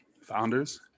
founders